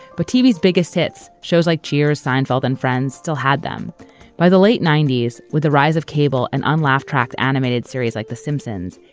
but tv's biggest hits shows like cheers, seinfeld and friends still had them by the late ninety s with the rise of cable and unlaugh-tracked animated series like the simpsons,